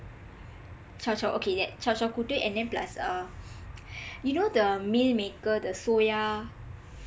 zhou zhou okay that zhou zhou கூட்டு:kuutdu and then plus uh you know the meal maker the soya